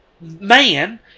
man